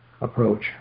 approach